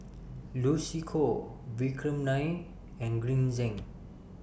Lucy Koh Vikram Nair and Green Zeng